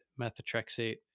methotrexate